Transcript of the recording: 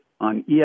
on